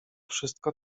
wszystko